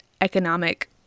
economic